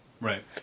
Right